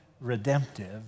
redemptive